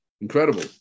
Incredible